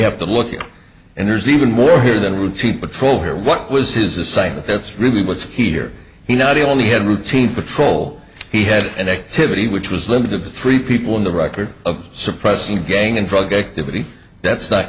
have to look at and there's even more here than routine patrol here what was his a site that's really what's here he not only had a routine patrol he had an activity which was limited to three people in the record of suppressing gang and drug activity that's not